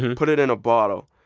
and put it in a bottle,